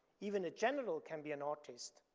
even a general can be an artist.